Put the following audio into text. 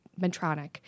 Medtronic